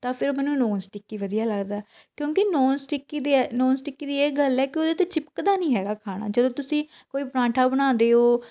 ਤਾਂ ਫਿਰ ਉਹ ਮੈਨੂੰ ਨੋਨ ਸਟਿਕੀ ਵਧੀਆ ਲੱਗਦਾ ਕਿਉਂਕਿ ਨੋਨ ਸਟਿਕੀ ਦੇ ਨੋਨ ਸਟਿਕੀ ਦੀ ਇਹ ਗੱਲ ਹੈ ਕਿ ਉਹਦੇ 'ਤੇ ਚਿਪਕਦਾ ਨਹੀਂ ਹੈਗਾ ਖਾਣਾ ਜਦੋਂ ਤੁਸੀਂ ਕੋਈ ਪਰਾਂਠਾ ਬਣਾਉਂਦੇ ਹੋ